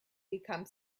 become